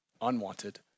unwanted